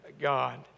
God